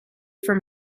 from